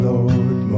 Lord